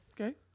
Okay